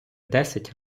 десять